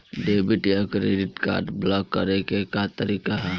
Debit या credit card block करे के का तरीका ह?